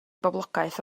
boblogaeth